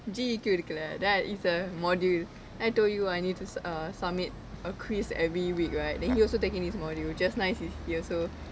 G_E_Q இருக்குல:irukkule then is a modules then I told you I need to submit a quiz every week right then he also taking this module just nice he he also